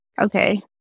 Okay